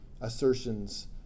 assertions